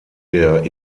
der